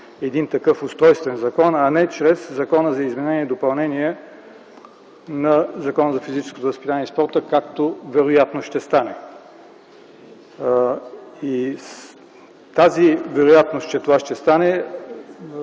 един такъв устройствен закон, а не чрез Закона за изменение и допълнение на Закона за физическото възпитание и спорта, както вероятно ще стане. Тази вероятност, че това ще стане,